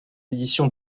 éditions